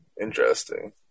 Interesting